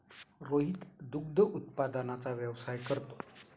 रोहित दुग्ध उत्पादनाचा व्यवसाय करतो